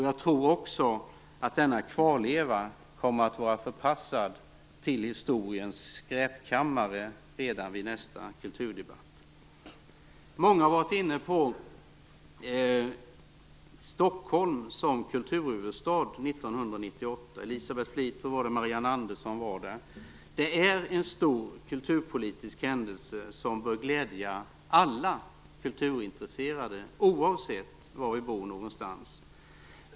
Jag tror också att denna kvarleva kommer att vara förpassad till historiens skräpkammare redan vid nästa kulturdebatt. Många talare har varit inne på frågan om Stockholm som kulturhuvudstad år 1998 - Elisabeth Fleetwood var det och likaså Marianne Andersson. Det är en stor kulturpolitisk händelse som bör glädja alla kulturintresserade oavsett var vi bor någonstans.